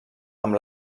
amb